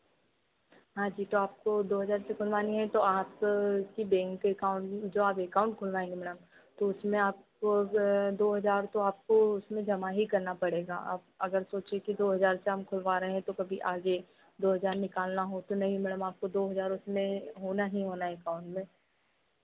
हाँ जी तो आपको दो हज़ार से खुलवानी है तो आप की बैंक एकाउंट जो आप एकाउंट खुलवाएंगे मैम तो उसमें आपको दो हज़ार तो आपको उसमें जमा ही करना पड़ेगा आप अगर सोचिए की दो हज़ार से हम खुलवा रहे हैं तो कभी आगे दो हज़ार निकालना हो तो नहीं मैम आपको दो हज़ार उसमें होना ही होना है एकाउंट में